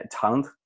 talent